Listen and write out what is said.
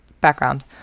background